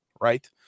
right